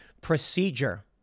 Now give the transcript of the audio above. Procedure